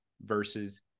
versus